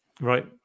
Right